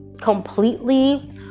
completely